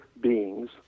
beings